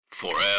FOREVER